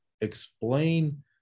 explain